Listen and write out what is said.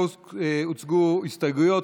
לא הוצגו הסתייגויות,